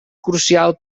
crucial